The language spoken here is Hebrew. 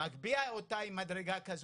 הוא מגביה אותה עם מדרגה כזו,